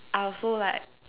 I also like